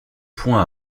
points